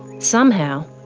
somehow,